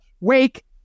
wake